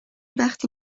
وقتی